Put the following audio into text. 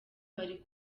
bari